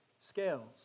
scales